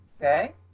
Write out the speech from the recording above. okay